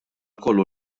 lkoll